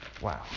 Wow